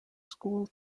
school